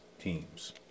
Teams